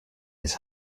his